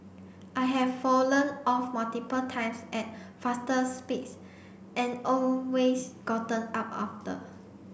I have fallen off multiple times at faster speeds and always gotten up after